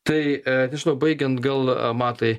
tai nežinau baigiant gal matai